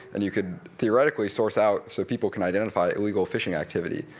and you could theoretically source out so people can identify illegal fishing activity,